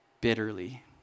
bitterly